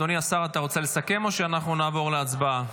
אדוני השר, אתה רוצה לסכם או שאנחנו נעבור להצבעה?